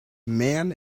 man